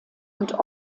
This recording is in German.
und